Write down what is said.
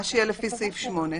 מה שיהיה לפי סעיף 8,